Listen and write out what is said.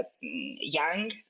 young